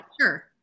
sure